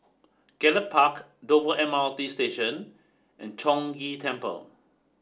Gallop Park Dover M R T Station and Chong Ghee Temple